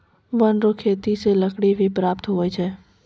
वन रो खेती से लकड़ी भी प्राप्त हुवै छै